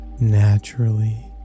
naturally